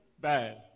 bad